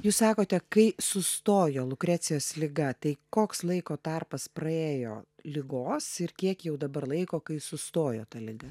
jūs sakote kai sustojo lukrecijos liga tai koks laiko tarpas praėjo ligos ir kiek jau dabar laiko kai sustojo ta liga